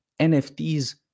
nfts